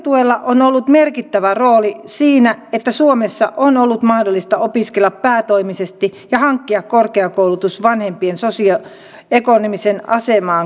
opintotuella on ollut merkittävä rooli siinä että suomessa on ollut mahdollista opiskella päätoimisesti ja hankkia korkeakoulutus vanhempien sosioekonomiseen asemaan katsomatta